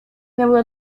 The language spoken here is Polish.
miały